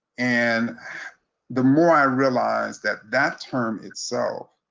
and the more i realized that that term itself,